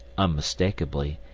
unmistakably,